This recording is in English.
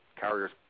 carriers